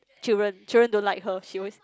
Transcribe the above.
children children don't like her she always